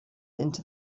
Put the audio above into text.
into